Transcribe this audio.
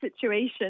situation